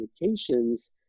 communications